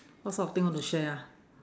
what sort of thing want to share ah